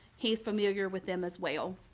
he's familiar with them as well.